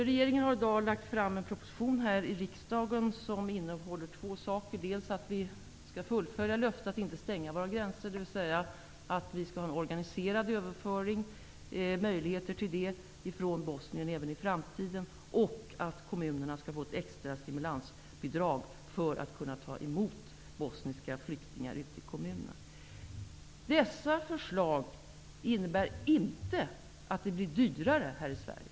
Regeringen har i dag lagt fram en proposition som innehåller två förslag -- dels att vi skall fullfölja löftet att inte stänga våra gränser utan ha möjligheter till en organiserad överföring från Bosnien i framtiden, dels att kommunerna skall få extra stimulansbidrag för att kunna ta emot bosniska flyktningar. Dessa förslag innebär inte att det bli dyrare här i Sverige.